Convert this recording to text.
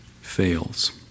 fails